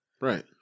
Right